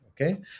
okay